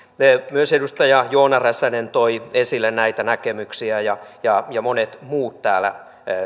myös edustaja joona räsänen toi esille näitä näkemyksiä ja monet muut täällä